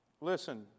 Listen